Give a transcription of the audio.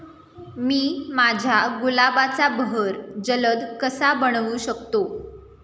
मी माझ्या गुलाबाचा बहर जलद कसा बनवू शकतो?